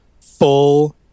full-